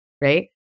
right